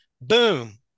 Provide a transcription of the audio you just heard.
Boom